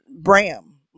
Bram